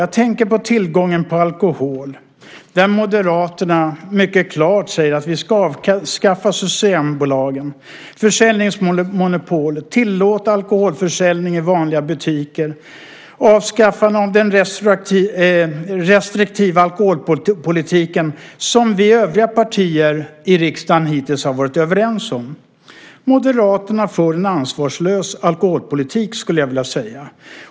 Jag tänker på tillgången på alkohol, där Moderaterna mycket klart säger att vi ska avskaffa Systembolaget och försäljningsmonopolet, tillåta alkoholförsäljning i vanliga butiker och avskaffa den restriktiva alkoholpolitiken som vi övriga partier i riksdagen hittills har varit överens om. Moderaterna för en ansvarslös alkoholpolitik, skulle jag vilja säga.